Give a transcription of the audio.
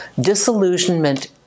Disillusionment